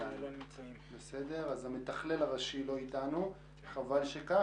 אז המתכלל הראשי לא איתנו, וחבל שכך.